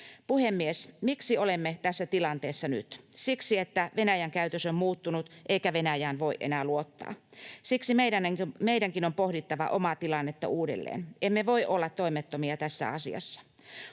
Puhemies! Miksi olemme tässä tilanteessa nyt? Siksi, että Venäjän käytös on muuttunut eikä Venäjään voi enää luottaa. Siksi meidänkin on pohdittava omaa tilannetta uudelleen. Emme voi olla toimettomia tässä asiassa.